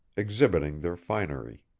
exhibiting their finery.